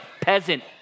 peasant